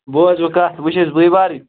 بوز وۅنۍ کتھ وۅنۍ چھِ أسۍ بٲے بارٕنۍ